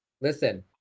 listen